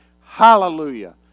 Hallelujah